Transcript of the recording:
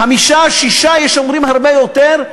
חמישה או שישה, ויש אומרים שהרבה יותר.